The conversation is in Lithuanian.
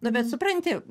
nu bet supranti